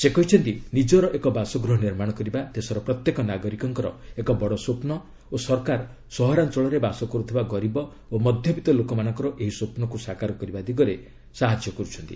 ସେ କହିଛନ୍ତି ନିଜର ଏକ ବାସଗୃହ ନିର୍ମାଣ କରିବା ଦେଶର ପ୍ରତ୍ୟେକ ନାଗରିକଙ୍କର ଏକ ବଡ଼ ସ୍ୱପ୍ନ ଓ ସରକାର ସହରାଞ୍ଚଳରେ ବାସ କରୁଥିବା ଗରିବ ଓ ମଧ୍ୟବିତ୍ତ ଲୋକମାନଙ୍କର ଏହି ସ୍ୱପ୍ନକୁ ସାକାର କରିବା ଦିଗରେ ସହାୟତା କରୁଛନ୍ତି